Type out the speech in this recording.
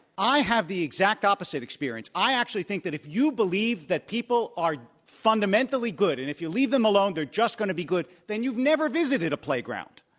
i have the exact opposite experience. i actually think that if you believe that people are fundamentally good, and if you leave them alone, they're just going to be good, then you've never visited a playground,